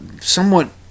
somewhat